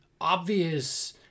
obvious